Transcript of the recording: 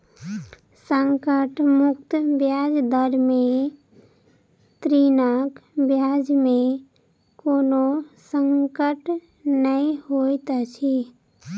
संकट मुक्त ब्याज दर में ऋणक ब्याज में कोनो संकट नै होइत अछि